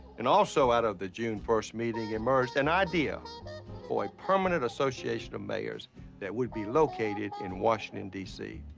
and also out of the june, first meeting emerged an idea for a permanent association of mayors that would be located in washington dc.